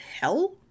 hell